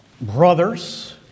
Brothers